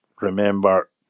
remember